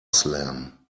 slam